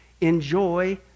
Enjoy